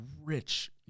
rich